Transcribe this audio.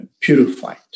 purified